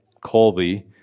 Colby